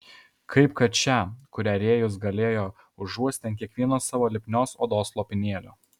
kaip kad šią kurią rėjus galėjo užuosti ant kiekvieno savo lipnios odos lopinėlio